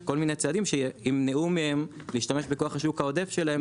כל מיני צעדים שימנעו מהם להשתמש בכוח השוק העודף שלהם,